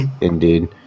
Indeed